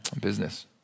business